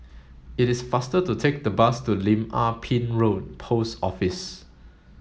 it is faster to take the bus to Lim Ah Pin Road Post Office